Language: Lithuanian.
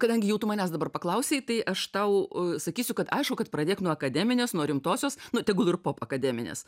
kadangi jau tu manęs dabar paklausei tai aš tau sakysiu kad aišku kad pradėk nuo akademinės nuo rimtosios nu tegul ir pop akademinės